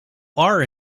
are